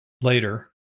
later